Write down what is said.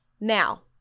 Now